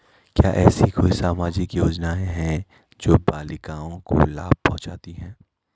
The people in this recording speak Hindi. क्या ऐसी कोई सामाजिक योजनाएँ हैं जो बालिकाओं को लाभ पहुँचाती हैं?